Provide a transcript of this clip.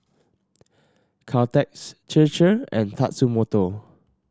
Caltex Chir Chir and Tatsumoto